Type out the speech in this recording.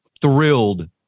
thrilled